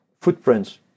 footprints